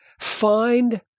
Find